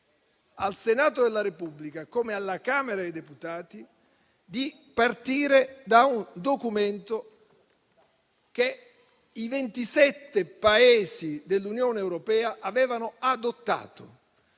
al Senato della Repubblica come alla Camera dei deputati, di partire da un documento che i 27 Paesi dell'Unione europea avevano adottato.